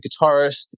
guitarist